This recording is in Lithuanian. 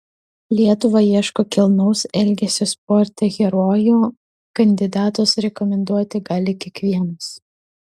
lietuva ieško kilnaus elgesio sporte herojų kandidatus rekomenduoti gali kiekvienas